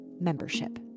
membership